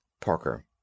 Parker